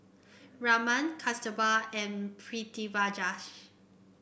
Raman Kasturba and Pritiviraj